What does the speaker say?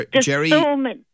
Jerry